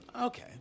Okay